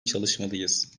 çalışmalıyız